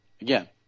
Again